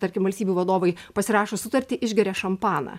tarkim valstybių vadovai pasirašo sutartį išgeria šampaną